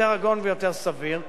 יותר הגון ויותר סביר.